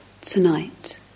tonight